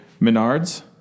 Menards